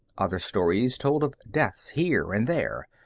other stories told of deaths here and there,